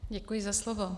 Děkuji za slovo.